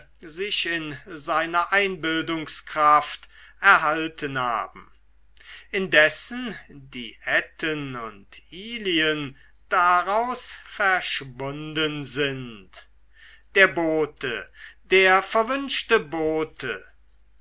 sich in seiner einbildungskraft erhalten haben indessen die etten und ilien daraus verschwunden sind der bote der verwünschte bote